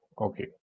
Okay